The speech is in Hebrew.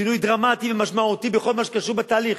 שינוי דרמטי, משמעותי, בכל מה שקשור בתהליך.